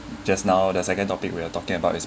just now the second topic we're talking about is